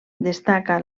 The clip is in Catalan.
destaca